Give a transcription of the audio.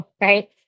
Right